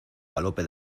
galope